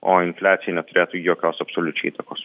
o infliacijai neturėtų jokios absoliučiai įtakos